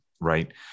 right